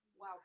Wow